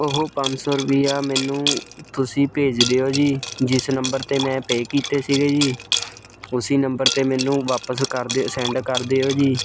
ਉਹ ਪੰਜ ਸੌ ਰੁਪਈਆ ਮੈਨੂੰ ਤੁਸੀਂ ਭੇਜ ਦਿਓ ਜੀ ਜਿਸ ਨੰਬਰ 'ਤੇ ਮੈਂ ਪੇ ਕੀਤੇ ਸੀਗੇ ਜੀ ਉਸ ਨੰਬਰ 'ਤੇ ਮੈਨੂੰ ਵਾਪਸ ਕਰ ਦਿ ਸੈਂਡ ਕਰ ਦਿਓ ਜੀ